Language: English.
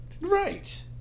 right